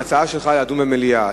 ההצעה שלך היא לדון במליאה.